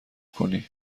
کنی